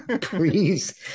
Please